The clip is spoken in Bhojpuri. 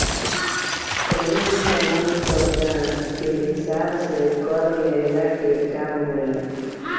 कवनो भी सामान कअ दाम के हिसाब से कर लेहला के काम होला